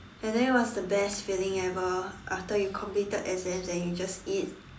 and that was the best feeling ever after you completed exam and you just eat